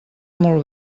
molt